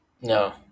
No